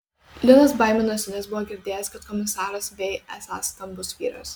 linas baiminosi nes buvo girdėjęs kad komisaras vei esąs stambus vyras